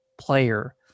player